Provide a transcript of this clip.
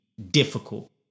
difficult